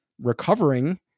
recovering